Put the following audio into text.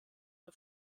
der